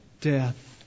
death